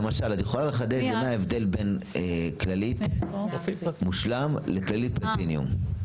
למשל את יכולה לחדד לי מה ההבדל בין כללית מושלם לכללית פלטינום?